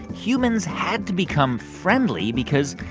humans had to become friendly because,